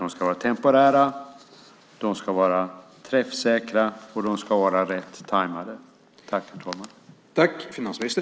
De ska vara temporära, de ska vara träffsäkra och de ska vara rätt tajmade.